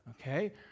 okay